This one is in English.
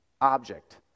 object